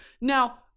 Now